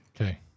Okay